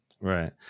Right